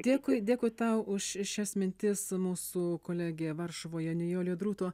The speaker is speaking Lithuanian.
dėkui dėkui tau už šias mintis mūsų kolegė varšuvoje nijolė drūto